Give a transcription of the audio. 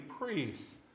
priests